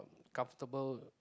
comfortable